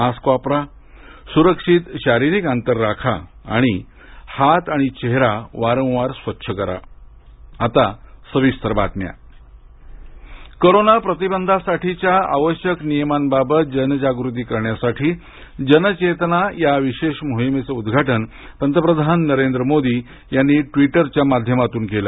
मारुक वापरा सुरक्षित शारीरिक अंतर राखा आणि हात चेहरा वारंवार स्वच्छ करा जनचेतना कोरोना प्रतिबंधासाठीच्या आवश्यक नियमांबाबत जनजागृती करण्यासाठी जनचेतना या विशेष मोहीमेचं उद्घाटन आज पंतप्रधान नरेंद्र मोदी यांनी ट्वीटरच्या माध्यमातून केलं